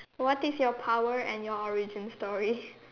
what is your power and your origin story